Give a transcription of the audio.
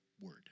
word